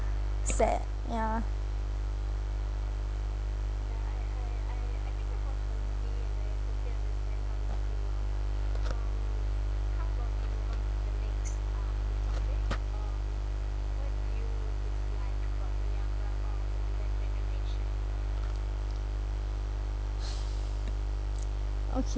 sad ya okay